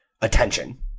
attention